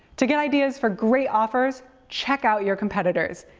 to get ideas for great offers, check out your competitors,